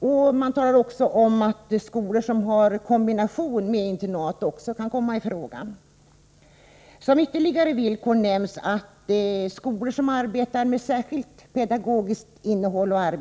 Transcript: Statsrådet säger också att skolor som ger utbildning kombinerad med internat kan komma i fråga, liksom skolor som arbetar med särskilt pedagogiskt innehåll.